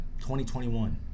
2021